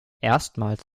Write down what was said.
erstmals